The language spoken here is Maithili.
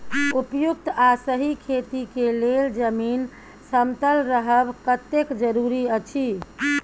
उपयुक्त आ सही खेती के लेल जमीन समतल रहब कतेक जरूरी अछि?